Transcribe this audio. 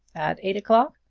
at eight o'clock?